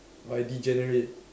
like degenerate